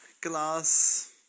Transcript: glass